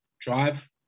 drive